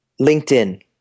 LinkedIn